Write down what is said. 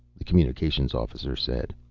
the communications officer said.